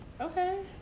Okay